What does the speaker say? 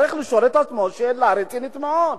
צריך לשאול את עצמו שאלה רצינית מאוד: